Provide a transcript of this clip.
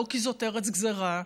לא כי זאת ארץ גזרה,